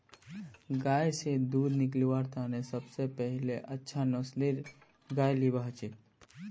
गाय स दूध निकलव्वार तने सब स पहिले अच्छा नस्लेर गाय लिबा हछेक